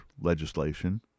legislation